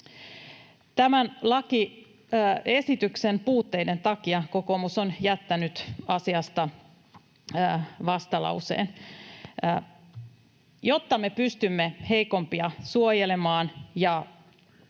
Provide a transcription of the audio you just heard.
Tämän lakiesityksen puutteiden takia kokoomus on jättänyt asiasta vastalauseen. Jotta me pystymme heikompia suojelemaan ja